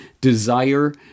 desire